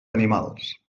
animals